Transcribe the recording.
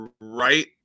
right